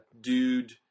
dude